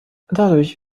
dadurch